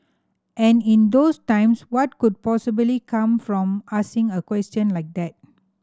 and in those times what could possibly come from asking a question like that